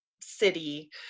city